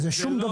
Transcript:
זה נראה שום.